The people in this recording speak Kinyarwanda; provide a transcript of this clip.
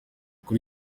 kuri